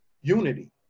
unity